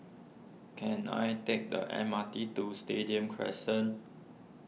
can I take the M R T to Stadium Crescent